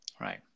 Right